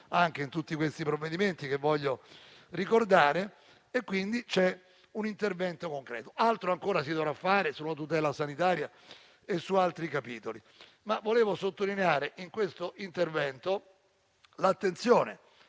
in tutti questi provvedimenti e la voglio ricordare. Quindi c'è un intervento concreto; altro ancora si dovrà fare sulla tutela sanitaria e su altri capitoli. Vorrei sottolineare in questo intervento l'attenzione